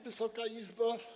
Wysoka Izbo!